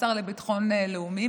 השר לביטחון לאומי.